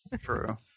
True